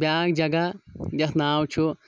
بیٛاکھ جگہ یَتھ ناو چھُ